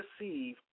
receive